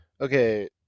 okay